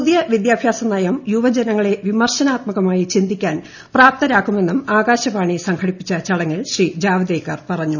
പുതിയ വിദ്യാഭ്യാസ നയം യുവജനങ്ങളെ വിമർശനാത്മകമായി ചിന്തിക്കാൻ പ്രാപ്തരാക്കുമെന്നും ആകാശവാണി സംഘടിപ്പിച്ച ചടങ്ങിൽ ശ്രീ ജാവദേക്കർ പറഞ്ഞു